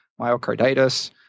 myocarditis